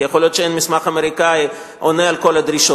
כי יכול להיות שאין מסמך אמריקני שעונה על כל הדרישות,